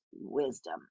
wisdom